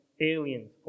aliens